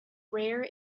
rare